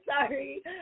sorry